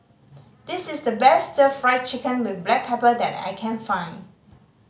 this is the best Stir Fry Chicken with black pepper that I can find